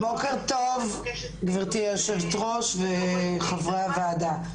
בוקר טוב גברתי היושבת ראש וחברי הוועדה.